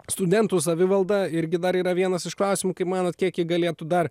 studentų savivalda irgi dar yra vienas iš klausimų kaip manot kiek ji galėtų dar